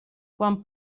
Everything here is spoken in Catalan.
quan